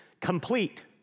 complete